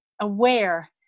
aware